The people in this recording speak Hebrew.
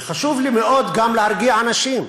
וחשוב לי מאוד גם להרגיע אנשים.